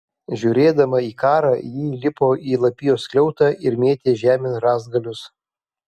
žiūrėdama į karą ji įlipo į lapijos skliautą ir mėtė žemėn rąstgalius